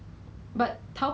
change the location